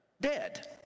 dead